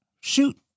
shoot